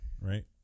right